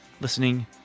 listening